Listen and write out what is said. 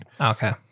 Okay